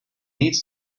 needs